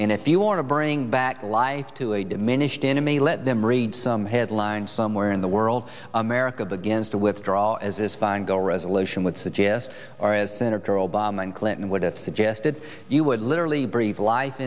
and if you want to bring back life to a diminished enemy let them read some headlines somewhere in the world america begins to withdraw as is feingold resolution would suggest or as senator obama clinton would have suggested you would literally breathe life